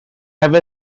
have